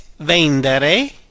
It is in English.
vendere